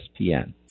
ESPN